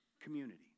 community